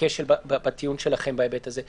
כשל בטיעון שלכם בהיבט הזה,